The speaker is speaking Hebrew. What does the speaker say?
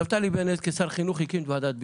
נפתלי בנט כשר חינוך הקים את ועדת ביטון,